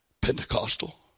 Pentecostal